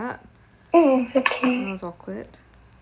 ah mm it's okay kind of awkward